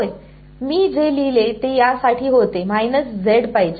होय मी जे लिहिले ते यासाठी होते पाहिजे